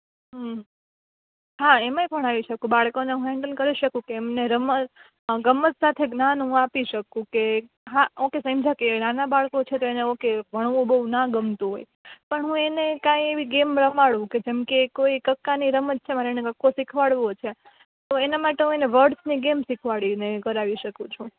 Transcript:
હમ હા એમાંય ભણાવી શકું બાળકોને હું હેન્ડલ કરી શકું કે એમને રમત ગમત સાથે જ્ઞાન હું આપી શકું કે હા ઓકે સમજ્યા કે નાના બાળકો છે તો એને ઓકે ભણવું બહુ ના ગમતું હોય પણ હું એને કંઈ એવી ગેમ રમાડું કે જેમકે કોઈ કક્કાની રમત છે મારે એને કકો શિખવાડવો છે તો એના માટે હું એને વર્ડસની ગેમ શીખવાડીને કરાવી શકું છું